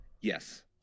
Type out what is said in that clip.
Yes